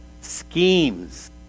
Schemes